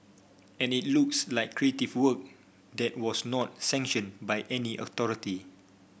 and it looks like creative work that was not sanctioned by any authority